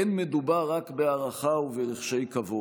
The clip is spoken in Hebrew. אין מדובר רק בהערכה וברחשי כבוד,